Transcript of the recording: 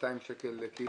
ב-200 שקל לקילו,